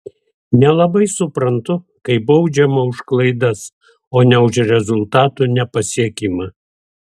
nelabai suprantu kai baudžiama už klaidas o ne už rezultatų nepasiekimą